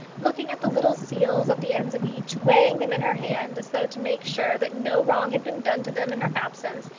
looking at the little seals at the ends of each, weighing them in her hand as though to make sure that no wrong had been done to them in her absence,